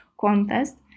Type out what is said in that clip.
contest